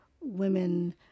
women